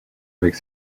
avec